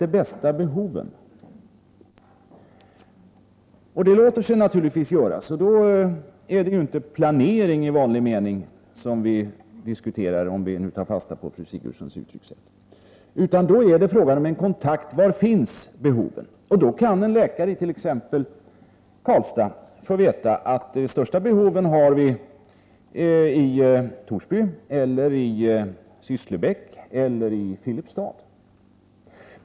Det låter sig naturligtvis göras. Då är det inte planering i vanlig mening som vi diskuterar, om vi nu tar fasta på fru Sigurdsens uttryckssätt, utan då är det fråga om en kontakt: Var finns behoven? Då kan en läkare t.ex. i Karlstad få veta att vi har de största behoven i Torsby, i Sysslebäck eller i Filipstad.